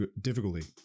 difficulty